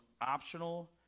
optional